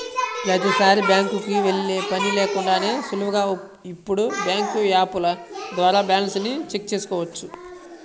ప్రతీసారీ బ్యాంకుకి వెళ్ళే పని లేకుండానే సులువుగా ఇప్పుడు బ్యాంకు యాపుల ద్వారా బ్యాలెన్స్ ని చెక్ చేసుకోవచ్చు